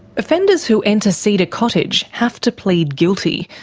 offenders who enter cedar cottage have to plead guilty.